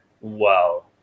wow